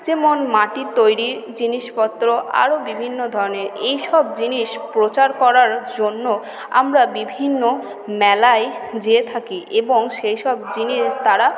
যেমন মাটির তৈরী জিনিসপত্র আরও বিভিন্ন ধরণের এইসব জিনিস প্রচার করার জন্য আমরা বিভিন্ন মেলায় যেয়ে থাকি এবং সেইসব জিনিস তারা